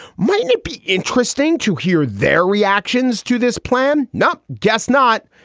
might it be interesting to hear their reactions to this plan? not. guess not.